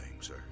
sir